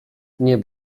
nie